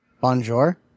Bonjour